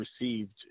received